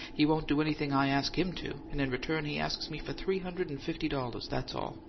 he won't do anything i ask him to, and in return he asks me for three hundred and fifty dollars! that's all!